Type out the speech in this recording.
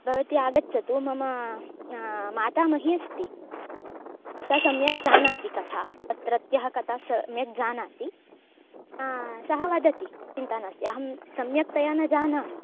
भवती आगच्छतु मम मातामही अस्ति सा सम्यक् जानाति कथां अत्रत्यां कथां सम्यक् जानाति सा वदति चिन्ता नास्ति अहं सम्यक्तया न जानामि